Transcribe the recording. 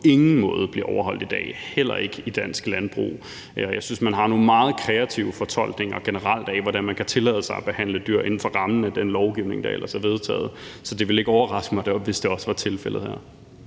ingen måde bliver overholdt i dag, heller ikke i dansk landbrug. Jeg synes, man generelt har nogle meget kreative fortolkninger af, hvordan man kan tillade sig at behandle dyr inden for rammen af den lovgivning, der ellers er vedtaget. Så det ville ikke overraske mig, hvis det også var tilfældet her.